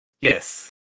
Yes